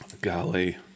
golly